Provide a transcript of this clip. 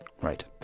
Right